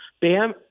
Bam